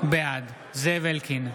בעד זאב אלקין,